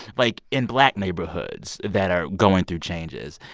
like, in black neighborhoods that are going through changes,